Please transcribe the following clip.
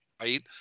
Right